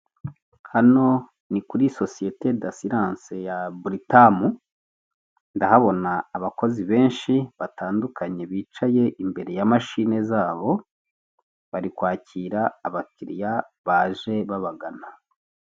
Hano ni kuri sosiyete dasiranse ya buritamu, ndahabona abakozi benshi batandukanye bicaye imbere ya mashini zabo, bari kwakira abakiriya baje babagana.